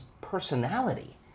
personality